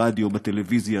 ברדיו ובטלוויזיה,